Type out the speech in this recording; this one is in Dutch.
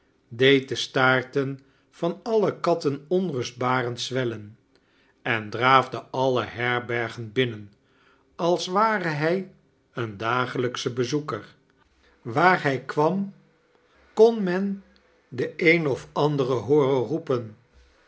deed de staarten van alle katten onrustbarend zwellen en draafde alle herbergen binnen als ware hij een dagelijksche bezoekar waar hij kwam kon men de een of ander hooren roepen